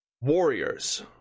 warriors